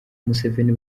museveni